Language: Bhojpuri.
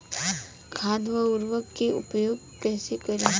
खाद व उर्वरक के उपयोग कइसे करी?